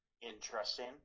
interesting